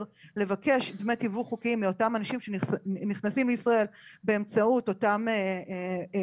לבקש דמי תיווך חוקיים לאותם אנשים שנכנסים לישראל באמצעות אותם הסכמים,